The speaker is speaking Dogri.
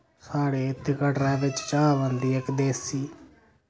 साढ़े इत्त कटरै बिच बनदी इक देसी